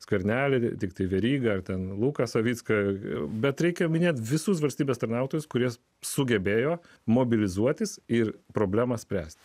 skvernelis tiktai veryga ar ten luką savicką bet reikia minėti visus valstybės tarnautojus kurie sugebėjo mobilizuotis ir problemą spręsti